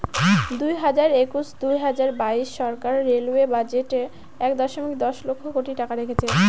দুই হাজার একুশ দুই হাজার বাইশ সরকার রেলওয়ে বাজেটে এক দশমিক দশ লক্ষ কোটি টাকা রেখেছে